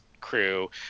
crew